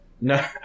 No